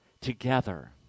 together